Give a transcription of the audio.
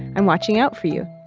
i'm watching out for you.